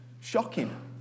Shocking